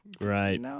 Right